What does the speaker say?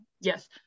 yes